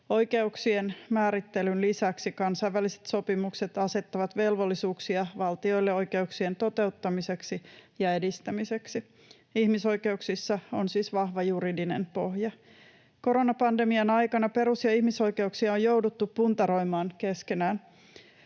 Oikeuksien määrittelyn lisäksi kansainväliset sopimukset asettavat velvollisuuksia valtioille oikeuksien toteuttamiseksi ja edistämiseksi. Ihmisoikeuksissa on siis vahva juridinen pohja. Koronapandemian aikana perus‑ ja ihmisoikeuksia on jouduttu puntaroimaan keskenään.